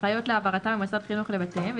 אחראיות להעברתם ממוסד החינוך לבתיהם,